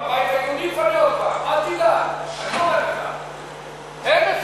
הבית היהודי יפנה, אל תדאג.